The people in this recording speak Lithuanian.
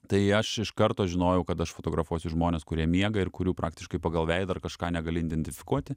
tai aš iš karto žinojau kad aš fotografuosiu žmones kurie miega ir kurių praktiškai pagal veidą ar kažką negali identifikuoti